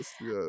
yes